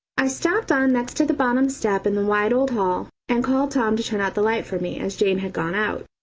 i stopped on next to the bottom step in the wide old hall and called tom to turn out the light for me, as jane had gone out.